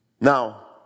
now